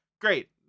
Great